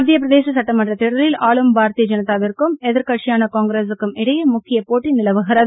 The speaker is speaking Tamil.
மத்திய பிரதேச சட்டமன்றத் தேர்தலில் ஆளும் பாரதீய ஜனதாவிற்கும் எதிர்கட்சியான காங்கிரசுக்கும் இடையே முக்கிய போட்டி நிலவுகிறது